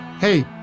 Hey